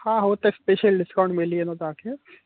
हा हो त स्पेशल डिस्काउंट मिली वेंदो तव्हांखे